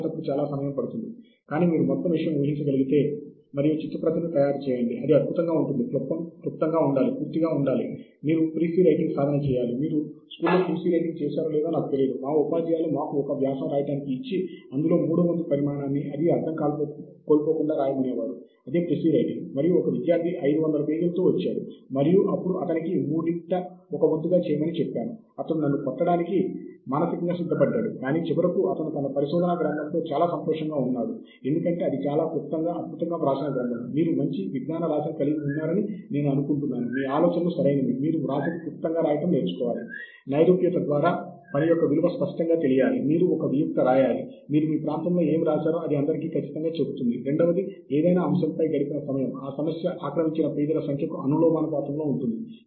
సహజముగా మన ఇమెయిల్లలోకి లింక్లతో వచ్చే కథనాలను యాక్సెస్ చేయడం కోసము మా లైబ్రరీ సభ్యత్వము అవసరం అయితే ప్రాథమిక సమాచారం శీర్షిక రచయితలు మరియు వాల్యూమ్ ఇష్యూ సంఖ్య మరియు పేజీ వంటి వ్యాస వివరాలు వంటివి మొదలైనవి ఈ సభ్యత్వాల ద్వారా మన ఇన్బాక్స్లో అందుబాటులో ఉంటాయి